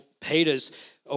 Peter's